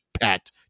Pat